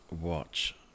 watch